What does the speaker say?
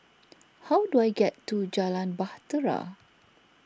how do I get to Jalan Bahtera